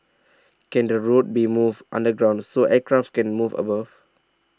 can the road be moved underground so aircraft can move above